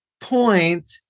point